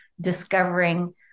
discovering